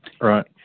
Right